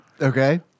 Okay